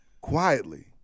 quietly